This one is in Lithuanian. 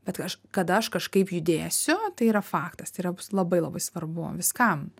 bet aš kada aš kažkaip judėsiu tai yra faktas tai yra labai labai svarbu viskam